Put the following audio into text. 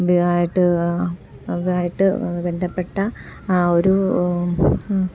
ബന്ധപ്പെട്ട ആ ഒരു